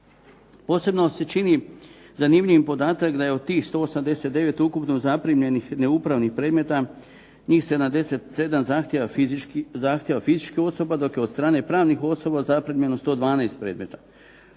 Posebno se čini zanimljivim podatak da je od tih 189 ukupno zaprimljenih neupravnih predmeta, njih 77 zahtjeva fizičkih osoba, dok je od strane pravnih osoba zaprimljeno 112 predmeta.